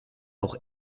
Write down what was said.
auch